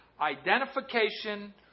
identification